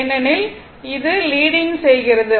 ஏனெனில் அது லீடிங் செய்கிறது